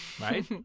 Right